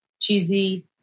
cheesy